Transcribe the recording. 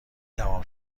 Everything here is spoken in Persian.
تمام